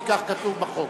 כי כך כתוב בחוק.